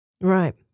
Right